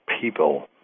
people